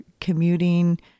commuting